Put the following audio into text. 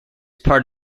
part